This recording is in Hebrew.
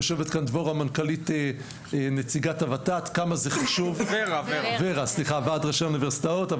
יושבת כאן דבורה מנכ"לית ור"ה - ועד ראשי האוניברסיטאות,